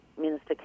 Minister